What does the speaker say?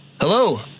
Hello